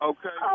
Okay